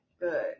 Good